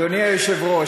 אדוני היושב-ראש,